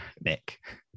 Nick